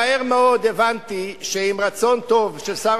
מהר מאוד הבנתי שעם רצון טוב של שר